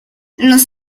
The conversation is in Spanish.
los